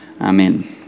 Amen